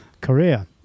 career